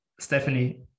Stephanie